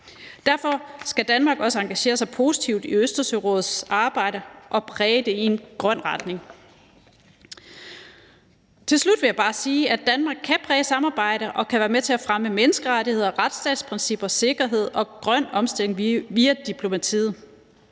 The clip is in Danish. Derfor skal Danmark også engagere sig positivt i Østersørådets arbejde og præge det i en grøn retning. Helt til slut vil jeg bare sige, at Danmark kan præge samarbejde og kan være med til at fremme menneskerettigheder og retsstatsprincipper, sikkerhed og grøn omstilling via diplomatiet.